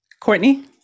Courtney